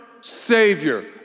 Savior